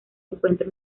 encuentra